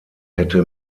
hätte